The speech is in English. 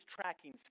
tracking